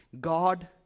God